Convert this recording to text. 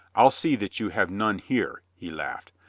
i'll see that you have none here, he laughed.